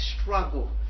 struggle